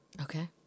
Okay